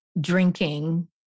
drinking